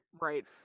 Right